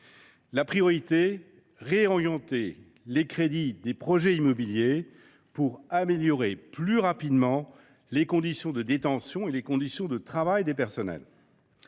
doit être de réorienter les crédits des projets immobiliers pour améliorer plus rapidement les conditions de détention et les conditions de travail des personnels.